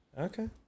Okay